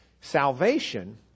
Salvation